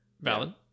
Valid